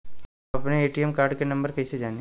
हम अपने ATM card के नंबर कइसे जानी?